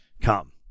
come